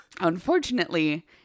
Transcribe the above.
unfortunately